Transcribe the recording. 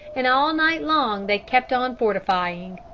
and all night long they kept on fortifying.